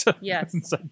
Yes